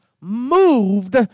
moved